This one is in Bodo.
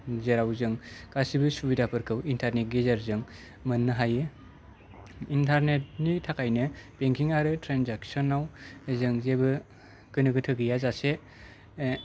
जेराव जों गासिबो सुबिदाफोरखौ इन्टारनेटनि गेजेरजों मोननो हायो इन्टारनेटनि थाखायनो बेंकिं आरो ट्रेनजाक्सनाव जों जेबो गोनो गोथो गैयाजासे